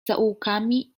zaułkami